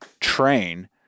train